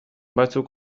batzuk